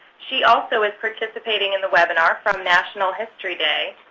she also is participating in the webinar from national history day.